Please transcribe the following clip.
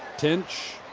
tinch,